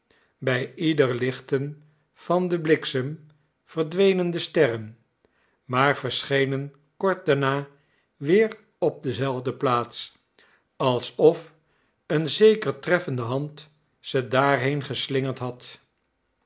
bij ieder lichten van den bliksem verdwenen de sterren maar verschenen kort daarna weer op dezelfde plaats alsof een zeker treffende hand ze daarheen geslingerd had